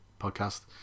podcast